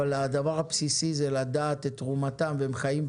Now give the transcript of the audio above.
אבל הדבר הבסיסי הוא לדעת את תרומתם,